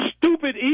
stupid